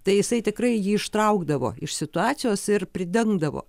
tai jisai tikrai jį ištraukdavo iš situacijos ir pridengdavo